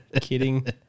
Kidding